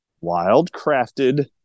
wild-crafted